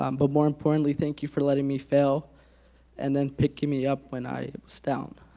um but more importantly thank you for letting me fail and then picking me up when i was down.